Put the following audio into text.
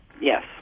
Yes